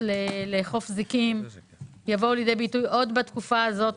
לחוף זיקים יבואו לידי ביטוי עוד בתקופה הזאת,